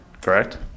correct